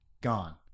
gone